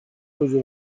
sözü